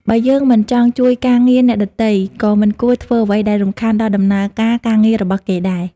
បើយើងមិនចង់ជួយការងារអ្នកដទៃ ក៏មិនគួរធ្វើអ្វីដែលរំខានដល់ដំណើរការការងាររបស់គេដែរ។